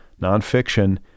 Nonfiction